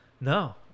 No